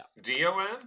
D-O-N